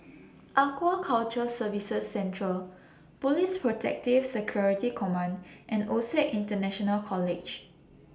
Aquaculture Services Central Police Protective Security Command and OSAC International College